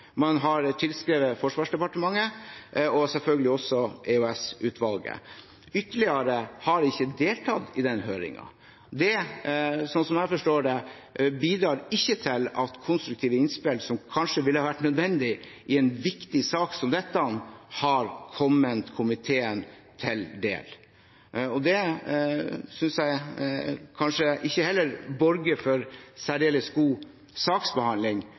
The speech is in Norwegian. Man har tilskrevet Justis- og beredskapsdepartementet, Forsvarsdepartementet og selvfølgelig også EOS-utvalget. Flere har ikke deltatt i denne høringen. Slik som jeg forstår det, bidrar ikke det til at konstruktive innspill som kanskje ville vært nødvendige i en viktig sak som dette, kommer komiteen til del. Det synes jeg kanskje heller ikke borger for særdeles god saksbehandling.